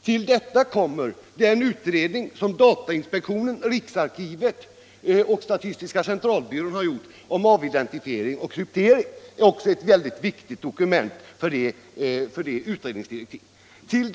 Till detta kommer den utredning som datainspektionen, riksarkivet och statistiska centralbyrån har gjort om avidentifiering och kryptering — också ett väldigt viktigt dokument när det gäller utredningsdirektiven.